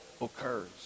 occurs